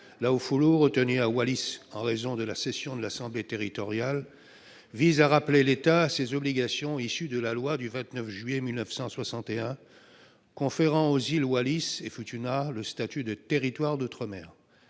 Laufoaulu, est retenu à Wallis en raison de la session de l'assemblée territoriale, vise à rappeler l'État à ses obligations issues de la loi du 29 juillet 1961, conférant aux îles Wallis et Futuna le statut de territoire d'outre-mer